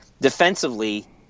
defensively